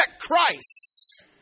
Christ